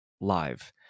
live